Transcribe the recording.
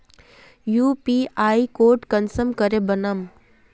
UPI code कुंसम करे बनाम?